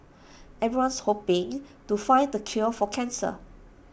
everyone's hoping to find the cure for cancer